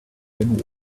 and